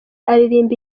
aririmba